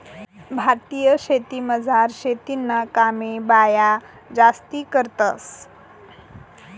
भारतीय शेतीमझार शेतीना कामे बाया जास्ती करतंस